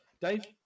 Dave